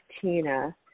Tina